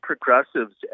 progressives